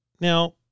Now